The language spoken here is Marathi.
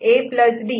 C'